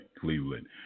Cleveland